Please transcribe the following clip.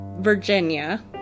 Virginia